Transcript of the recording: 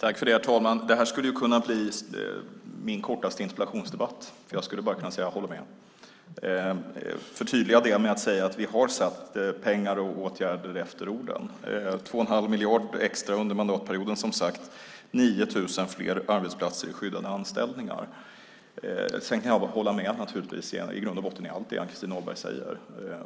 Herr talman! Det här skulle kunna bli min kortaste interpellationsdebatt. Jag skulle bara kunna säga att jag håller med. Jag förtydligar det med att säga att vi har satt pengar och åtgärder efter orden. Det handlar som sagt om 2 1⁄2 miljard extra under mandatperioden, 9 000 fler på arbetsplatser i skyddade anställningar. Sedan kan jag i grund botten bara hålla med om allt Ann-Christin Ahlberg säger.